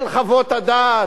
של חוות הדעת,